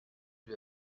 lui